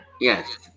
Yes